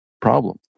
problem